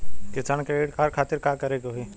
किसान credit card खातिर का करे के होई?